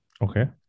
Okay